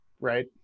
right